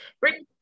Bring